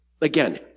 again